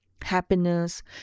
happiness